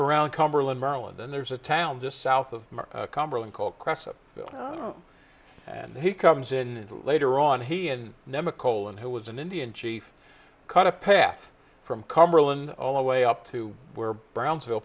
around cumberland maryland and there's a town just south of cumberland called crescent and he comes in later on he and nema colon who was an indian chief cut a path from cumberland all the way up to where brownsville